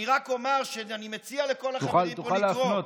אני רק אומר שאני מציע לכל אחד מכם פה לקרוא.